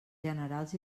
generals